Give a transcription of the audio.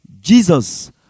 Jesus